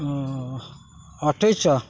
ଅଠେଇଶି ଶହ